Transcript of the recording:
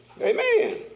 Amen